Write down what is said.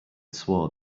swore